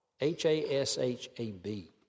H-A-S-H-A-B